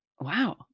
Wow